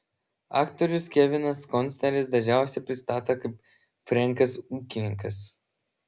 aktorius kevinas kostneris dažniausiai prisistato kaip frenkas ūkininkas